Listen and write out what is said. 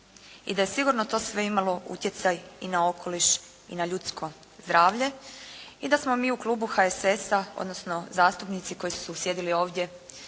i da je sigurno to sve imalo utjecaj i na okoliš i na ljudsko zdravlje i da smo mi u klubu HSS-a, odnosno zastupnici koji su sjedili ovdje